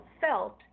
felt